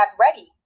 ready